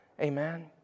Amen